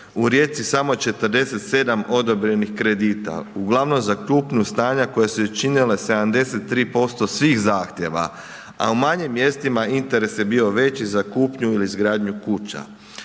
u Rijeci samo 47 odobrenih kredita uglavnom za kupnju stana koja su učinila 73% svih zahtjeva, a u manjim mjestima interes je bio veći za kupnju ili izgradnju kuća.